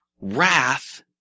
wrath